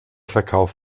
verkauf